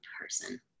person